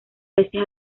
peces